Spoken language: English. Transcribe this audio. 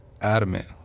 adamant